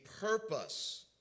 purpose